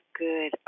good